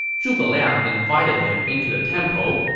zhuge liang invited him into the temple,